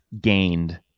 gained